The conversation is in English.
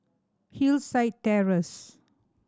Hillside Terrace